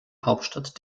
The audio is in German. hauptstadt